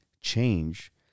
change